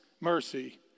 mercy